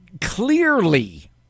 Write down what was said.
clearly